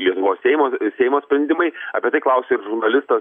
lietuvos seimo seimo sprendimai apie tai klausė žurnalistas